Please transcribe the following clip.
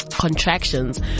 contractions